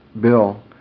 Bill